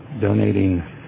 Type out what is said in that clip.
donating